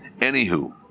Anywho